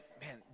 man